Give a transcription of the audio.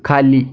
खाली